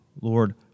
Lord